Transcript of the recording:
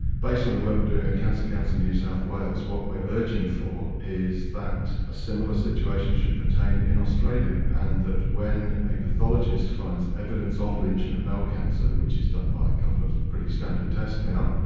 based on the work we're doing at cancer council new south wales, what we're urging for is that a similar situation should pertain in australia, and that when a pathologist finds evidence of lynch in a bowel cancer, which is done by a couple of pretty standard tests now,